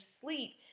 sleep